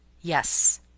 Yes